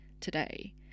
today